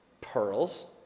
pearls